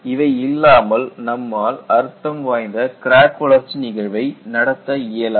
இவை இல்லாமல் நம்மால் அர்த்தம் வாய்ந்த கிராக் வளர்ச்சி நிகழ்வை நடத்த இயலாது